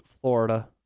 Florida